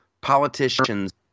politicians